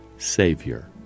savior